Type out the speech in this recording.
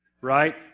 right